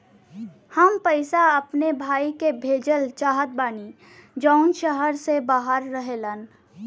हम पैसा अपने भाई के भेजल चाहत बानी जौन शहर से बाहर रहेलन